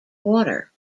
water